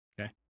okay